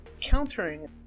countering